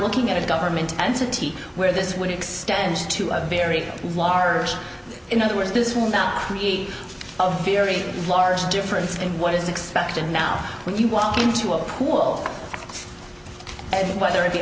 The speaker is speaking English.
looking at a government entity where this would extend to other very large in other words this would not create a very large difference in what is expected now when you walk into a pool and whether